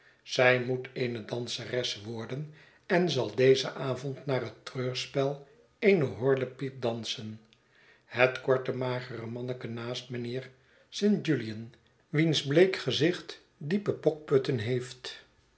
zij moet eene danseres worden en zal dezen avond na het treurspel eene horlepijp dansen het korte magere manneke naast mijnheer st julien wiens bleek gezicht diepe pokputten heeft